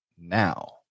now